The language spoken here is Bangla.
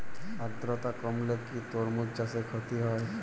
আদ্রর্তা কমলে কি তরমুজ চাষে ক্ষতি হয়?